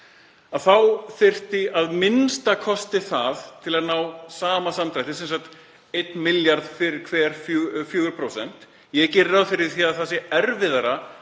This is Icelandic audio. þá þyrfti a.m.k. það til að ná sama samdrætti, sem sagt 1 milljarð fyrir hver 4%. Ég geri ráð fyrir því að það sé erfiðara